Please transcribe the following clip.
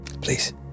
Please